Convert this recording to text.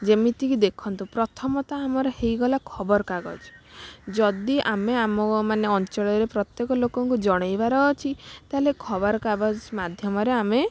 ଯେମିତିକି ଦେଖନ୍ତୁ ପ୍ରଥମତଃ ଆମର ହେଇଗଲା ଖବରକାଗଜ ଯଦି ଆମେ ଆମ ମାନେ ଅଞ୍ଚଳରେ ପ୍ରତ୍ୟେକ ଲୋକଙ୍କୁ ଜଣେଇବାର ଅଛି ତା'ହେଲେ ଖବରକାଗଜ ମାଧ୍ୟମରେ ଆମେ